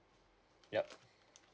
yup